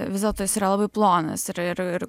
vis dėlto jis yra labai plonas ir ir ir